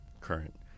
current –